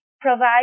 provide